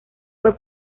fue